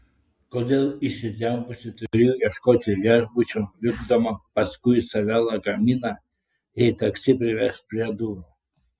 kodėl įsitempusi turiu ieškoti viešbučio vilkdama paskui save lagaminą jei taksi priveš prie durų